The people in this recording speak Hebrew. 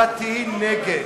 את תהיי נגד.